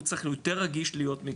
הוא צריך להיות יותר רגיש מכם,